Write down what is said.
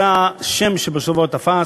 וזה השם שבסופו של דבר תפס.